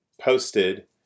posted